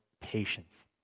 patience